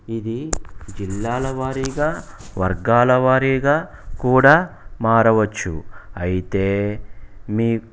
ఇది జిల్లాల వారీగా వర్గాల వారీగా కూడా మారవచ్చు అయితే మీ